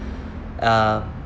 uh